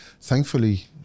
thankfully